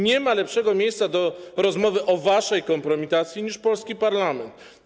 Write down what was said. Nie ma lepszego miejsca do rozmowy o waszej kompromitacji niż polski parlament.